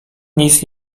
nic